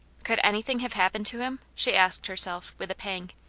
could anything have happened to him. she asked herself, with a pang.